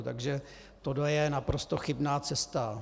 Takže tohle je naprosto chybná cesta.